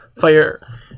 fire